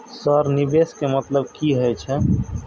Sir निवेश के मतलब की हे छे?